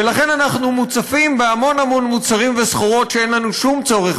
ולכן אנחנו מוצפים בהמון המון מוצרים וסחורות שאין לנו שום צורך